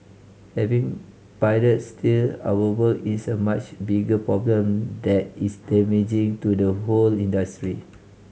having pirates steal our work is a much bigger problem that is damaging to the whole industry